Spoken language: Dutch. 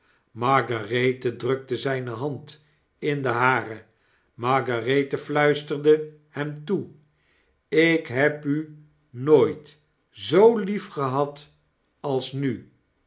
margarethe drukte zijne hand in de hare margarethe fluisterde hm toe jk heb u nooit zoo liefgehad als nu